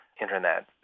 internet